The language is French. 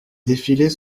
défilés